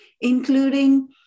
including